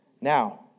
Now